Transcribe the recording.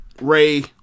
Ray